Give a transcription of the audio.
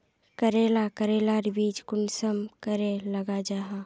करेला करेलार बीज कुंसम करे लगा जाहा?